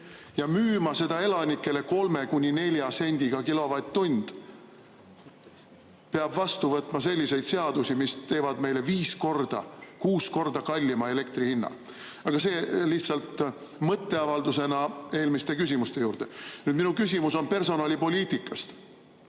ja müüma seda elanikele kolme-nelja sendiga kilovatt‑tund, peab vastu võtma selliseid seadusi, mis tekitavad meile viis või kuus korda kallima elektri hinna. Aga see oli lihtsalt mõtteavaldusena eelmiste küsimuste juurde. Minu küsimus on personalipoliitika